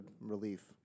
relief